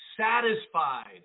satisfied